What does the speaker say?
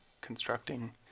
constructing